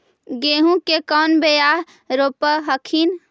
गेहूं के कौन बियाह रोप हखिन?